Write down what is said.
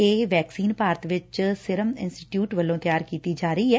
ਇਹ ਵੈਕਸੀਨ ਭਾਰਤ ਵਿਚ Serum Institute ਵੱਲੋ ਤਿਆਰ ਕੀਤੀ ਜਾ ਰਹੀ ਐ